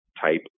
type